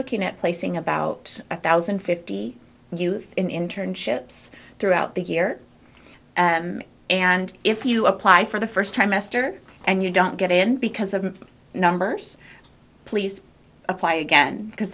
looking at placing about a thousand and fifty youth in internships throughout the year and if you apply for the first trimester and you don't get in because of the numbers please apply again because